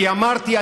כי אמרתי,